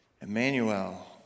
Emmanuel